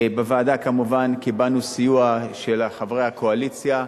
בוועדה כמובן קיבלנו סיוע של חברי הקואליציה: